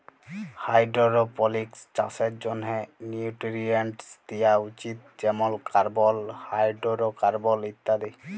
hydroponics চাষের জ্যনহে nutrients দিয়া উচিত যেমল কার্বল, হাইডোরোকার্বল ইত্যাদি